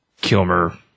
Kilmer